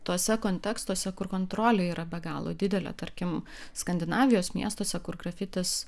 tuose kontekstuose kur kontrolė yra be galo didelė tarkim skandinavijos miestuose kur grafitis